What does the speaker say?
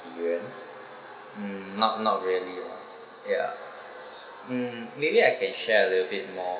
mm not not really lah ya mm maybe I can share a little bit more